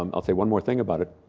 um i'll say one more thing about it.